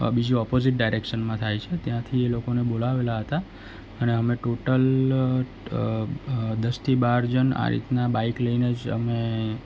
બીજી ઓપોઝિટ ડાયરેકશનમાં થાય છે ત્યાંથી એ લોકોને બોલાવેલા હતા અને અમે ટોટલ દસથી બાર જણ આ રીતના બાઈક લઈને જ અમે